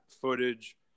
footage